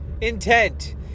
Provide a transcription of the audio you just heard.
intent